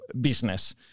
business